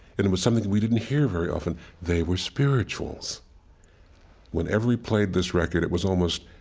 and it was something we didn't hear very often. they were spirituals whenever we played this record it was almost